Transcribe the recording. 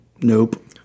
Nope